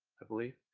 i believe.